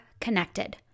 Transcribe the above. connected